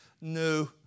no